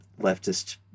leftist